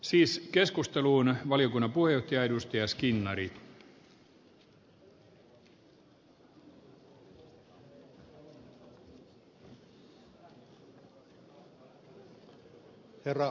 siis keskusteluun valiokunnan pojat jäi herra puhemies